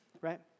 right